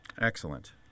Excellent